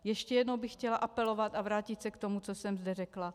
Ještě jednou bych chtěla apelovat a vrátit se k tomu, co jsem zde řekla.